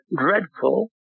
dreadful